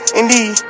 indeed